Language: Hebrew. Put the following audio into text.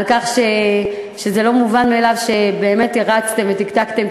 על כך שזה לא מובן מאליו שבאמת הרצתם ותקתקתם,